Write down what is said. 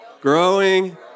growing